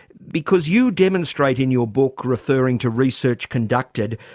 because you demonstrate in your book, referring to research conducted,